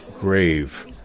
grave